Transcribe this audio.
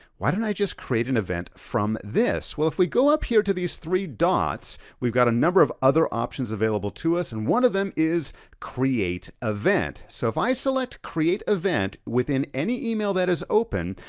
why don't i just create an event from this. well, if we go up here to these three dots, we've got a number of other options available to us and one of them is create event. so if i select create event within any email that is open,